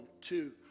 two